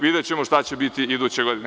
Videćemo šta će biti iduće godine.